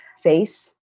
face